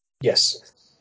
Yes